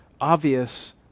obvious